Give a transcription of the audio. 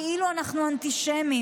כאילו אנחנו אנטישמיים.